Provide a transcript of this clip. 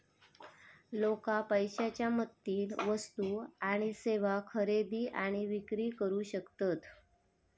लोका पैशाच्या मदतीन वस्तू आणि सेवा खरेदी आणि विक्री करू शकतत